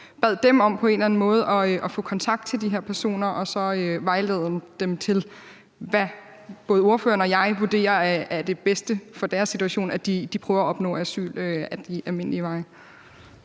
anden måde at få kontakt til de her personer og så vejlede dem om, hvad både ordføreren og jeg vurderer er det bedste for deres situation, altså at de prøver at opnå asyl ad de almindelige veje?